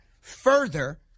further